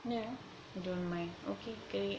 don't mind okay